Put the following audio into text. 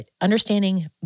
understanding